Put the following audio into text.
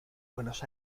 buenos